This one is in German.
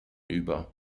über